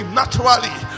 naturally